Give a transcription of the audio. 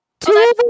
Two